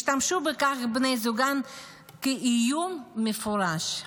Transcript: השתמשו בכך בני זוגן כאיום מפורש.